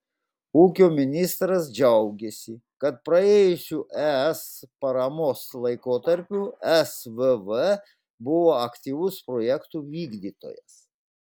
ūkio ministras džiaugėsi kad praėjusiu es paramos laikotarpiu svv buvo aktyvus projektų vykdytojas